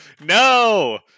No